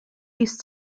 used